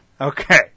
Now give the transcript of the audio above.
Okay